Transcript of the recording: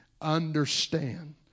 understand